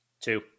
Two